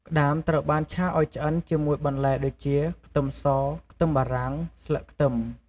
ក្តាមត្រូវបានឆាឱ្យឆ្អិនជាមួយបន្លែដូចជា ខ្ទឹមស ខ្ទឹមបារាំង ស្លឹកខ្ទឹម។